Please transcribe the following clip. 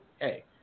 hey